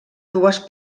dues